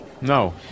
No